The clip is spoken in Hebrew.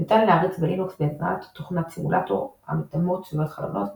ניתן להריץ בלינוקס בעזרת תוכנות סימולטור המדמות סביבת חלונות,